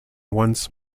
once